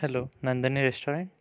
hello Nandini restaurant